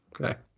Okay